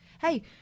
Hey